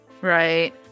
Right